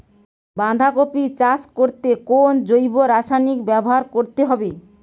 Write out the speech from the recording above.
বাঁধাকপি চাষ করতে কোন জৈব রাসায়নিক ব্যবহার করতে হবে?